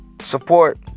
Support